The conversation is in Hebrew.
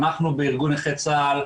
אנחנו בארגון נכי צה"ל,